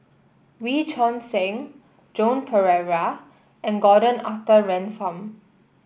Wee Choon Seng Joan Pereira and Gordon Arthur Ransome